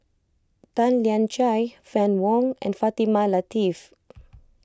Tan Lian Chye Fann Wong and Fatimah Lateef